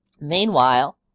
meanwhile